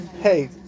Hey